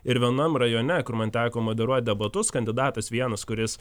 ir vienam rajone kur man teko moderuot debatus kandidatas vienas kuris